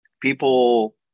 people